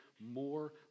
more